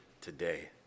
today